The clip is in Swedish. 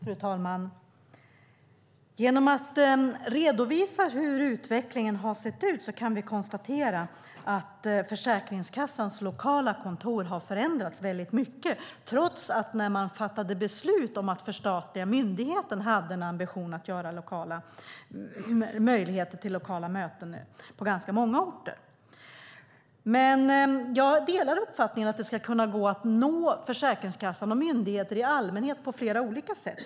Fru talman! Genom att redovisa hur utvecklingen har sett ut kan vi konstatera att Försäkringskassans lokala kontor har förändrats väldigt mycket trots att man, när man fattade beslut om att förstatliga myndigheten, hade ambitionen att göra det möjligt med lokala möten på ganska många orter. Jag delar uppfattningen att det ska gå att nå Försäkringskassan och myndigheter i allmänhet på flera sätt.